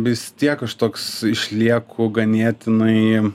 vis tiek aš toks išlieku ganėtinai